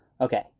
Okay